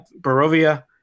Barovia